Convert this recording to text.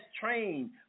trained